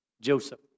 Joseph